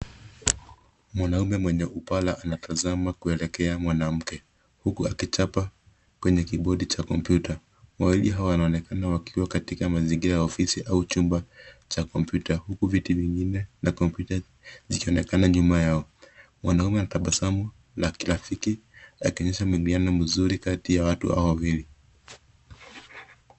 Mwanaume mwenye upara anatazama kuelekea mwanamke huku akichapa kwenye kibodi cha kompyuta. Wawili hawa wanaonekana wakiwa katika mazingira ya ofisi au chumba cha kompyuta huku viti vingine vya kompyuta zikionekana nyuma yao. Mwanaume anatabasamu la kirafiki akionyesha mwingiliano mzuri kati ya watu hawa wawili.